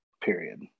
period